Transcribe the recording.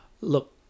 look